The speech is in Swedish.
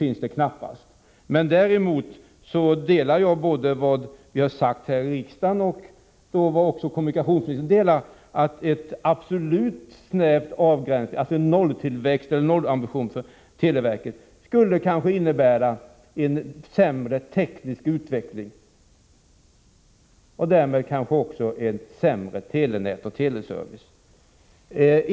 Däremot delar jag den uppfattning som har förts fram här i riksdagen, och det tror jag även kommunikationsministern gör, att en absolut nollambition för televerkets del kanske skulle innebära en sämre teknisk utveckling och därmed möjligen också ett sämre telenät och en sämre teleservice.